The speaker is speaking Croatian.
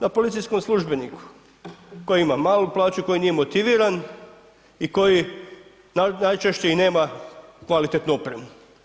Na policijskom službeniku, koji ima malu plaću i koji nije motiviran i koji najčešće i nema kvalitetnu opremu.